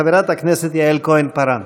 חברת הכנסת יעל כהן-פארן.